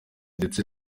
ndetse